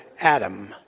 Adam